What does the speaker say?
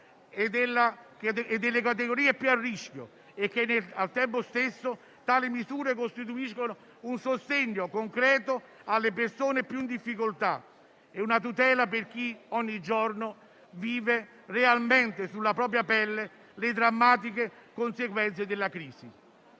e delle categorie più a rischio. Al tempo stesso, tali misure costituiscono un sostegno concreto alle persone più in difficoltà e una tutela per chi ogni giorno vive realmente sulla propria pelle le drammatiche conseguenze della crisi.